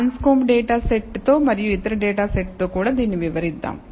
Anscombe data సెట్తో మరియు ఇతర డేటా సెట్ తో కూడా దీన్ని వివరిద్దాం